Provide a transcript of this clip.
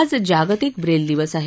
आज जागतिक ब्रेल दिवस आहे